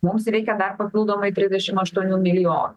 mums reikia dar papildomai trisdešim aštuonių milijonų